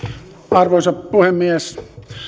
arvoisa puhemies